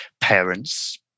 parents